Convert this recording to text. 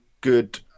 good